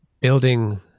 building